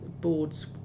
boards